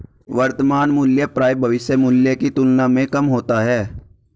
वर्तमान मूल्य प्रायः भविष्य मूल्य की तुलना में कम होता है